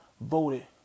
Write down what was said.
voted